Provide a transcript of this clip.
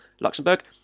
Luxembourg